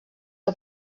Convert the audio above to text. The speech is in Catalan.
que